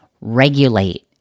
regulate